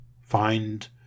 Find